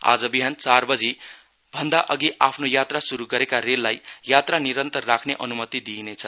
आज बिहान चार बजी भन्दा अघि आफ्नो यात्रा शुरु गरेका रेललाई यात्रा निरन्तर राख्ने अनुमति दिइनेछ